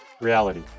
reality